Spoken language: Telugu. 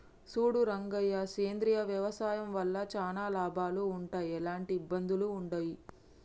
సూడు రంగయ్య సేంద్రియ వ్యవసాయం వల్ల చానా లాభాలు వుంటయ్, ఎలాంటి ఇబ్బందులూ వుండయి